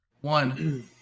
one